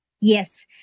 yes